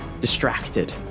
distracted